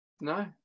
No